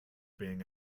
being